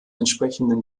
entsprechenden